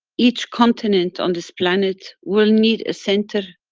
each continent on this planet will need a center,